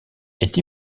est